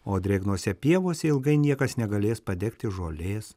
o drėgnose pievose ilgai niekas negalės padegti žolės